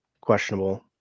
questionable